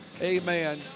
Amen